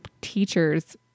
teachers